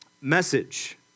message